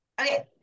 Okay